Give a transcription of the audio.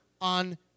on